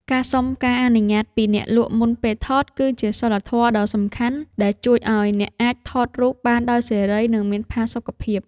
ការសុំការអនុញ្ញាតពីអ្នកលក់មុនពេលថត គឺជាសីលធម៌ដ៏សំខាន់ដែលជួយឱ្យអ្នកអាចថតរូបបានដោយសេរី និងមានផាសុកភាព។